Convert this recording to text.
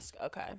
Okay